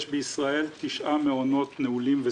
יש בישראל תשעה מעונות נעולים.